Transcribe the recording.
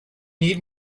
need